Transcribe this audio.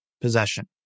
possession